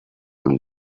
een